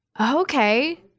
okay